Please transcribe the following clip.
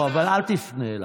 לא, אבל אל תפנה אליו.